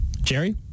Jerry